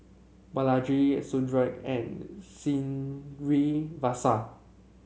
Balaji Sudhir and Srinivasa